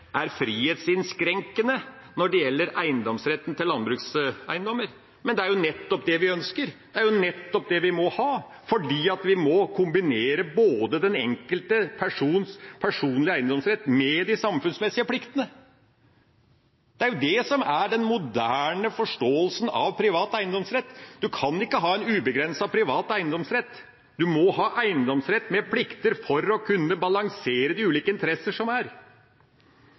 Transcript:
er frihetsinnskrenkende når det gjelder eiendomsretten til landbrukseiendommer, men det er jo nettopp det vi ønsker. Det er nettopp det vi må ha fordi vi må kombinere den enkelte persons personlige eiendomsrett med de samfunnsmessige pliktene. Det er det som er den moderne forståelsen av privat eiendomsrett. En kan ikke ha en ubegrenset privat eiendomsrett. En må ha eiendomsrett med plikter for å kunne balansere de ulike interesser. Å si at odelsloven demper investeringsviljen og kredittilgangen er